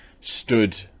stood